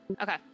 Okay